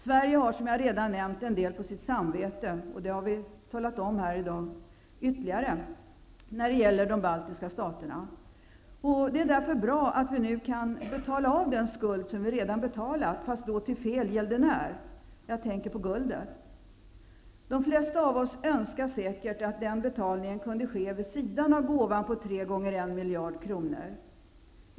Sverige har, som jag redan nämnt, en del på sitt samvete när det gäller de baltiska staterna. Det har vi talat om här i dag. Det är därför bra att vi nu kan betala av den skuld vi redan har betalat, fast då till fel gäldenär. Jag tänker på ''guldet''. De flesta av oss önskar säkert att den betalningen kunnat ske vid sidan av gåvan på tre gånger 1 miljard kronor.